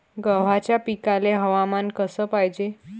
गव्हाच्या पिकाले हवामान कस पायजे?